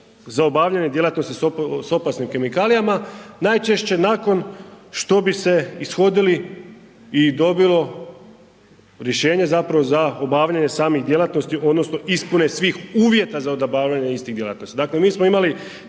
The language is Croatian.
za obavljanje djelatnosti s opasnim kemikalijama najčešće nakon što bi se ishodili i dobilo rješenje zapravo za obavljanje samih djelatnosti odnosno ispune svih uvjeta za obavljanje istih djelatnosti. Dakle, mi smo imali